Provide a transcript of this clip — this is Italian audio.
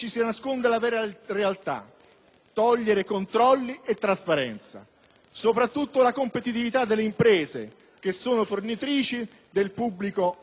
togliere controlli e trasparenza. Soprattutto la competitività delle imprese fornitrici del pubblico viene meno.